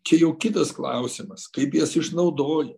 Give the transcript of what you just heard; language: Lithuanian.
čia jau kitas klausimas kaip jas išnaudoja